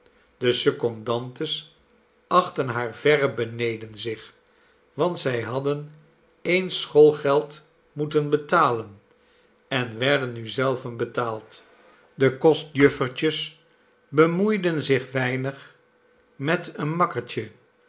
de secondantes achtten haar verre beneden zich want zij hadden eens schoolgeld moeten betalen en werden nu zelven betaald de kostjuffertjes bemoeiden zich weinig met een makkertje